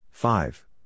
Five